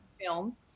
film